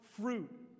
fruit